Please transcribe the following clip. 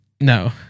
No